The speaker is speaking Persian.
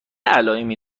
علائمی